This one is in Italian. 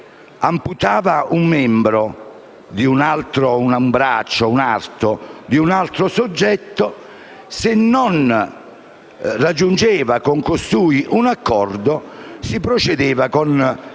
amputava un arto di un altro soggetto, se non raggiungeva con costui un accordo, si procedeva con la